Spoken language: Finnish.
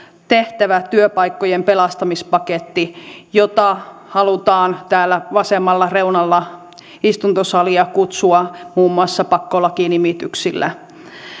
tehtävä työpaikkojen pelastamispaketti jota halutaan täällä vasemmalla reunalla istuntosalia kutsua muun muassa pakkolaki nimityksillä